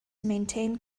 maintained